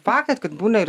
faktas kad būna ir